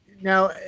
Now